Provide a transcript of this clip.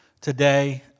today